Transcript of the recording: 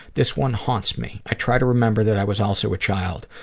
this one haunts me. i try to remember that i was also a child,